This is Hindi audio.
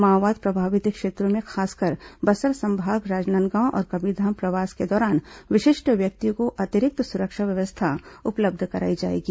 माओवाद प्रभावित क्षेत्रों में खासकर बस्तर संभाग राजनांदगांव और कबीरधाम प्रवास के दौरान विशिष्ट व्यक्तियों को अतिरिक्त सुरक्षा व्यवस्था उपलब्ध कराई जाएगी